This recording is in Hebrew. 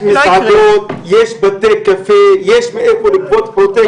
יש מסעדות, יש בתי קפה, יש מאיפה לגבות פרוטקשן.